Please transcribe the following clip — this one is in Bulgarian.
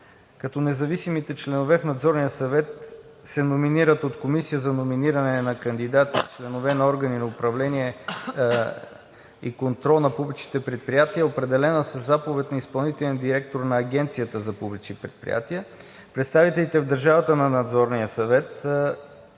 като независимите членове в Надзорния съвет се номинират от Комисия за номиниране на кандидати – членове на органи на управление и контрол на публичните предприятия, определена със заповед на изпълнителния директор на Агенцията за публичните предприятия, а представителите на държавата в Надзорния съвет